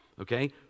Okay